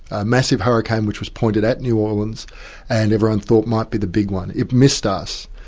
a massive hurricane which was pointed at new orleans and everyone thought might be the big one. it missed us,